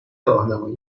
راهنمایی